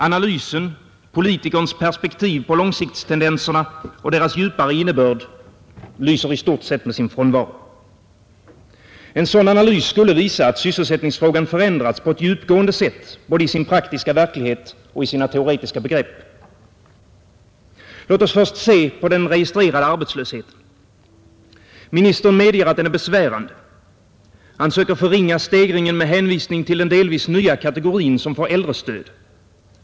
Analysen, politikerns perspektiv på långsiktstendenserna och deras djupare innebörd, lyser i stort sett med sin frånvaro. En sådan analys skulle visa att sysselsättningsfrågan förändrats på ett djupgående sätt både i sin praktiska verklighet och i sina teoretiska begrepp. nadspolitikens syften och inriktning Låt oss först se på den registrerade arbetslösheten. Inrikesministern medger att den är besvärande. Han söker förringa stegringen med hänvisning till den delvis nya kategorin som får äldrestöd.